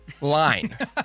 line